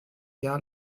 jahr